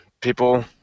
people